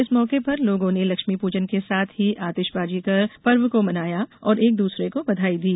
इस मौके पर लोगों ने लक्ष्मीपूजन के साथ ही आतिषबाजी कर पर्व को मनाया और एक दूसरे को बधाई दी